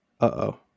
Uh-oh